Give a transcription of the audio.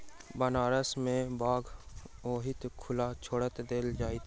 बनारस मे बाछा ओहिना खुला छोड़ि देल जाइत छै